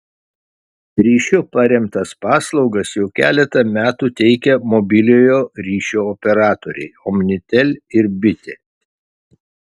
ryšiu paremtas paslaugas jau keletą metų teikia mobiliojo ryšio operatoriai omnitel ir bitė